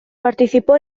participó